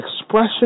expression